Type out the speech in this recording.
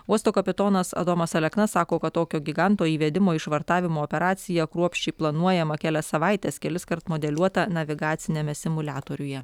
uosto kapitonas adomas alekna sako kad tokio giganto įvedimui švartavimo operacija kruopščiai planuojama kelias savaites keliskart modeliuota navigaciniame simuliatoriuje